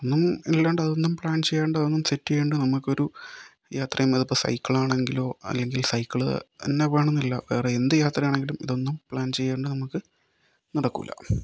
ഒന്നും ഇല്ലാണ്ട് അതൊന്നും പ്ലാൻ ചെയ്യാണ്ട് അതൊന്നും സെറ്റ് ചെയ്യാണ്ട് നമുക്കൊരു യാത്രയും അതിപ്പോൾ സൈക്കിൾ ആണെങ്കിലോ അല്ലെങ്കിൽ സൈക്കിള് തന്നെ വേണമെന്നില്ല വേറെ എന്ത് യാത്രയാണെങ്കിലും ഇതൊന്നും പ്ലാൻ ചെയ്യാണ്ട് നമുക്ക് നടക്കുകയില്ല